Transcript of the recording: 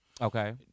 Okay